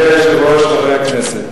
אדוני היושב-ראש, חברי הכנסת,